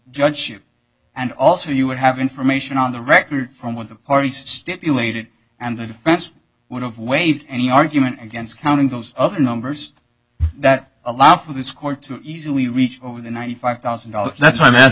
judge and also you would have information on the record from what the parties stipulated and the defense would have waived any argument against counting those other numbers that allow for this court to easily reach over the ninety five thousand dollars that's wh